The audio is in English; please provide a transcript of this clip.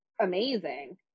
amazing